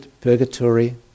purgatory